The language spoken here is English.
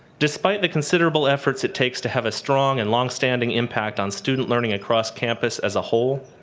despite the considerable efforts it takes to have a strong and longstanding impact on student learning across campus as a whole,